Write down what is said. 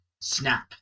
snap